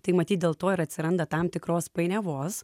tai matyt dėl to ir atsiranda tam tikros painiavos